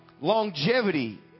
longevity